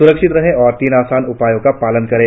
स्रक्षित रहें और तीन आसान उपायों का पालन करें